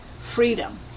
freedom